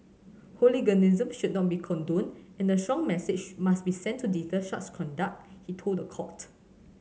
hooliganism should not be condoned and a strong message must be sent to deter such conduct he told the court